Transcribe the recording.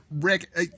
Rick